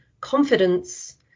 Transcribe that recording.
confidence